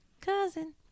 cousin